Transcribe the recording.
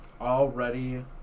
already